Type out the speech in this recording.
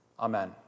Amen